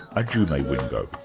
ajume wingo.